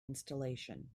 installation